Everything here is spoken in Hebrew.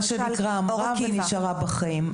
מה שנקרא אמרה ונשארה בחיים.